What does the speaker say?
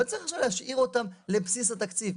לא צריך להשאיר אותן בבסיס התקציב,